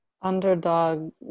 underdog